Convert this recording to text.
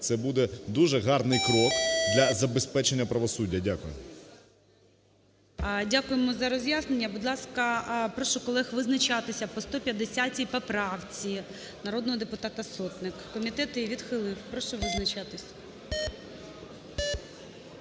це буде дуже гарний крок для забезпечення правосуддя. Дякую. ГОЛОВУЮЧИЙ. Дякуємо за роз'яснення. Будь ласка, прошу колег визначатися по 150 поправці народного депутата Сотник. Комітет її відхилив. Прошу визначатись.